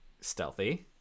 stealthy